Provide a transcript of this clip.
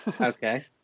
Okay